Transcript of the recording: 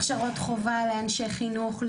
הכשרות חובה לאנשי חינוך,